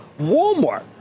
Walmart